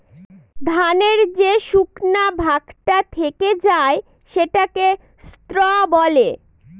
ধানের যে শুকনা ভাগটা থেকে যায় সেটাকে স্ত্র বলে